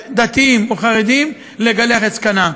דתיים או חרדים לגלח את זקנם.